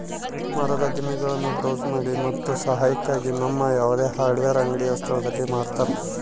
ಮರದ ದಿಮ್ಮಿಗುಳ್ನ ಬ್ರೌಸ್ ಮಾಡಿ ಮತ್ತು ಸಹಾಯಕ್ಕಾಗಿ ನಮ್ಮ ಯಾವುದೇ ಹಾರ್ಡ್ವೇರ್ ಅಂಗಡಿಯ ಸ್ಥಳದಲ್ಲಿ ಮಾರತರ